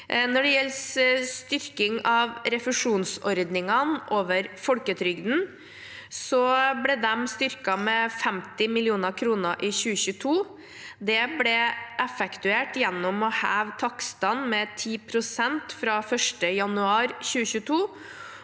styrking av refusjonsordningene over folketrygden, ble de styrket med 50 mill. kr i 2022. Det ble effektuert gjennom å heve takstene med 10 pst. fra 1. januar 2022.